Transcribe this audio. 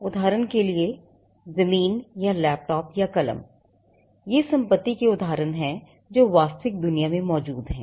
उदाहरण के लिए जमीन या लैपटॉप या कलम ये संपत्ति के उदाहरण हैं जो वास्तविक दुनिया में मौजूद हैं